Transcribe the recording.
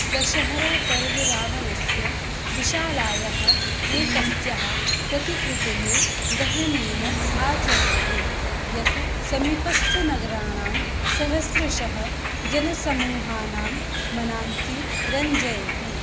दशहरा पर्वः रावणस्य विशालायाः एकस्याः प्रतिकृतेः दहनेन आचर्यते यत् समीपस्थनगराणां सहस्रशः जनसमूहानां मनांसि रञ्जयति